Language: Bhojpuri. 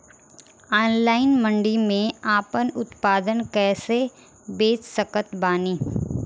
ऑनलाइन मंडी मे आपन उत्पादन कैसे बेच सकत बानी?